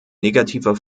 negativer